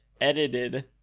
Edited